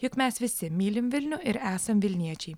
juk mes visi mylim vilnių ir esam vilniečiai